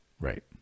right